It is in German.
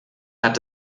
hat